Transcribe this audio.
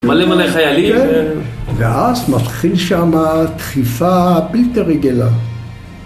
מלא מלא חיילים ואז מתחיל שם דחיפה בלתי רגילה